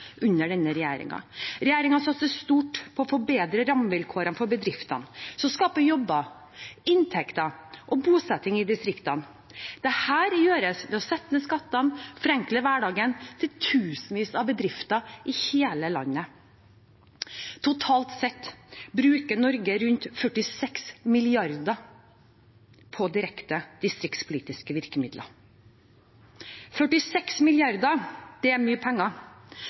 under denne regjeringen. Regjeringen satser stort på å forbedre rammevilkårene for bedriftene, som skaper jobber, inntekter og bosetting i distriktene. Dette gjøres ved å sette ned skattene og forenkle hverdagen til tusenvis av bedrifter i hele landet. Totalt sett bruker Norge rundt 46 mrd. kr på direkte distriktspolitiske virkemidler. 46 mrd. kr er mye penger.